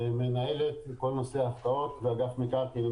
מנהלת נושא ההפקעות ואגף מקרקעין.